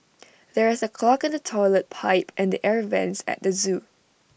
there is A clog in the Toilet Pipe and the air Vents at the Zoo